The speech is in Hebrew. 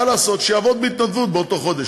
מה לעשות, שיעבוד בהתנדבות באותו החודש.